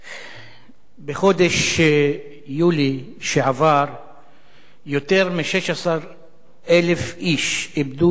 בחודש יולי שעבר יותר מ-16,000 איש איבדו את מקום עבודתם